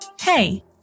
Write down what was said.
Hey